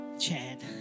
Chad